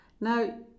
Now